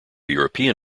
european